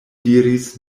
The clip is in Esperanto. diris